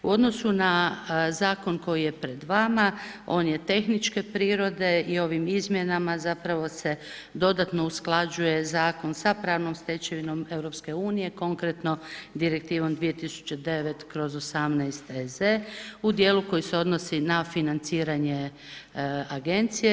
U odnosu na zakon koji je pred vama, on je tehničke prirode i ovim izmjenama zapravo dodatno se usklađuje zakon sa pravnom stečevinom EU, konkretno direktivom 2009/18 EZ u djelu koji se odnosi na financiranje agencije.